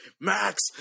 Max